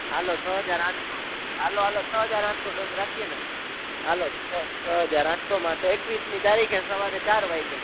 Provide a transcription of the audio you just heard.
ચાલો છ હજાર આઠસો ચાલો ચાલો છ હજાર આઠસો ડન રાખીએ ને ચાલો છ છ હજાર આઠસોમાં તો એકવીસમી તારીખે સવારે ચાર વાગ્યે